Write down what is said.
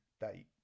date